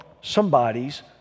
somebody's